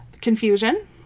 Confusion